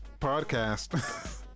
podcast